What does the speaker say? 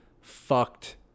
fucked